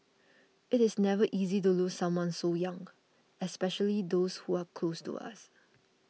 it is never easy to lose someone so young especially those who are close to us